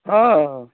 हाँ